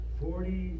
forty